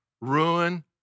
Ruin